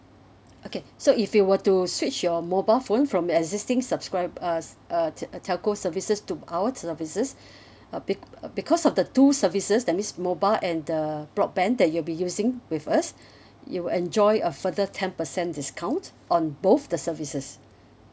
okay so if you were to switch your mobile phone from your existing subscribed uh s~ uh t~ telco services to our services uh bec~ uh because of the two services that means mobile and the broadband that you'll be using with us you will enjoy a further ten percent discount on both the services